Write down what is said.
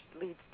leads